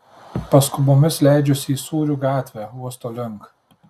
paskubomis leidžiuosi sūrių gatve uosto link